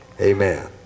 amen